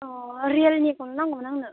अ रियेलनिखौनो नांगौमोन आंनो